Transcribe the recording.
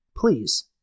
Please